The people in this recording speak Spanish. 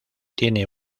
tiene